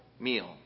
Meal